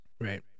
Right